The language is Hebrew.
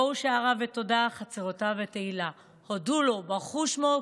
באו שעריו בתודה חצרתיו בתהילה הודו לו ברכו שמו.